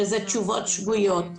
שזה תשובות שגויות,